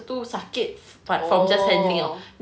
oh